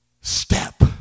step